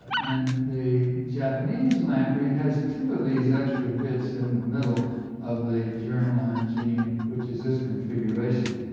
and the japanese lamprey has two of these extra bits in the middle of the germ line gene which is this configuration.